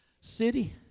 city